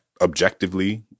objectively